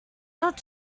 not